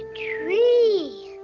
tree.